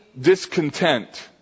discontent